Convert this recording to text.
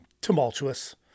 tumultuous